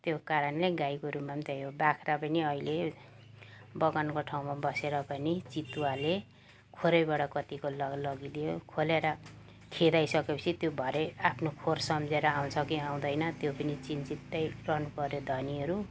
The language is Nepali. त्यो कारणले गाई गोरुमा त्यही हो बाख्रा पनि अहिले बगानको ठाउँमा बसेर पनि चितुवाले खोरैबाट कतिको ल लगिदियो खोलेर खेदाइसके पछि त्यो भरे आफ्नो खोर सम्झेर आउँछ कि आउँदैन त्यो पनि चिन्तित त रहनु पऱ्यो धनीहरू